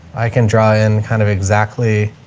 i can draw in kind of exactly